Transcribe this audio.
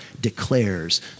declares